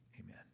amen